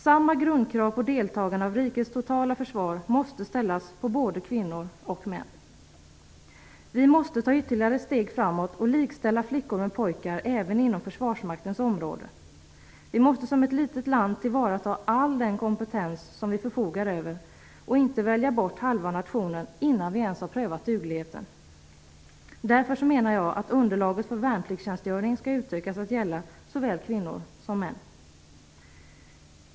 Samma grundkrav på deltagande i rikets totala försvar måste ställas på både kvinnor och män. Vi måste ta ytterligare steg framåt och likställa flickor med pojkar även inom försvarsmaktens område. Vi måste som ett litet land tillvarata all den kompetens som vi förfogar över och inte välja bort halva nationen innan vi ens har prövat dugligheten. Därför menar jag att underlaget för värnpliktstjänstgöring skall utökas till att gälla såväl kvinnor som män.